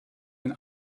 den